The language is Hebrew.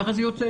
כך זה יוצא.